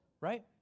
Right